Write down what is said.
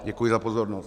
Děkuji za pozornost.